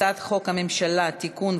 הצעת חוק הממשלה (תיקון,